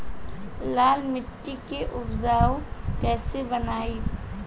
लाल मिट्टी के उपजाऊ कैसे बनाई?